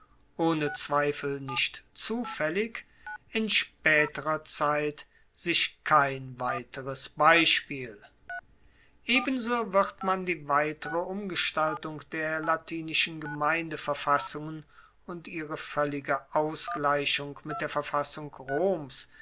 ohne zweifel nicht zufaellig in spaeterer zeit sich kein weiteres beispiel ebenso wird man die weitere umgestaltung der latinischen gemeindeverfassungen und ihre voellige ausgleichung mit der verfassung roms